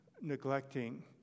neglecting